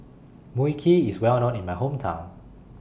Mui Kee IS Well known in My Hometown